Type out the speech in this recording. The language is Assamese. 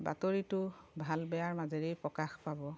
বাতৰিতো ভাল বেয়াৰ মাজেৰেই প্ৰকাশ পাব